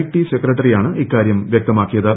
T സെക്രട്ടറിയാണ് ഇക്കാര്യം വ്യക്തമാക്കിയത്